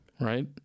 right